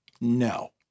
no